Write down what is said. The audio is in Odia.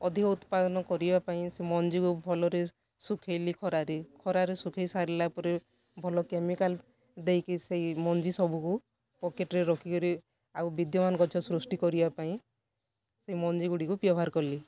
ଅଧିକ ଉତ୍ପାଦନ କରିବାପାଇଁ ସେ ମଞ୍ଜିକୁ ଭଲରେ ଶୁଖେଇଲି ଖରାରେ ଖରାରେ ଶୁଖେଇ ସାରିଲାପରେ ଭଲ କେମିକାଲ୍ ଦେଇକି ସେଇ ମଞ୍ଜି ସବୁକୁ ପକେଟ୍ରେ ରଖିକିରି ଆଉ ବିଦ୍ୟମାନ ଗଛ ସୃଷ୍ଟି କରିବାପାଇଁ ସେଇ ମଞ୍ଜିଗୁଡ଼ିକୁ ବ୍ୟବହାର କଲି